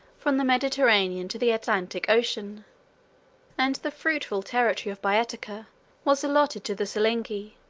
from the mediterranean to the atlantic ocean and the fruitful territory of boetica was allotted to the silingi,